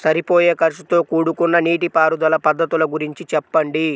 సరిపోయే ఖర్చుతో కూడుకున్న నీటిపారుదల పద్ధతుల గురించి చెప్పండి?